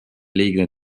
liigne